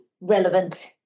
relevant